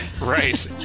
Right